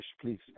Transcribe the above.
Please